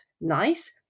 nice